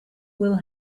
will